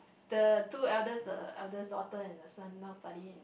the two eldest the eldest daughter and the son now studying